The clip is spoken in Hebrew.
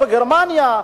בגרמניה,